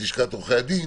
את לשכת עורכי הדין.